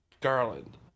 Garland